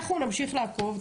אנחנו נמשיך לעקוב,